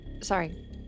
Sorry